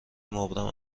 مبرم